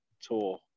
tour